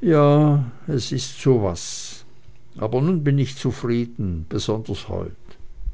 ja es ist so was aber nun bin ich zufrieden besonders heut